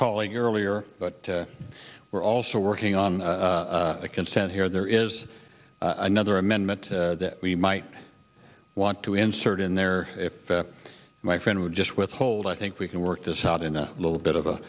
colleague earlier but we're also working on the content here there is another amendment that we might want to insert in there if my friend would just withhold i think we can work this out in a little bit of a